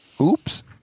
Oops